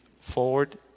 forward